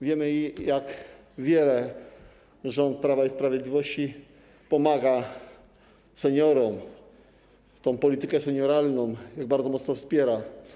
Wiemy, jak bardzo rząd Prawa i Sprawiedliwości pomaga seniorom, tę politykę senioralną bardzo mocno wspiera.